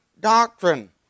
doctrine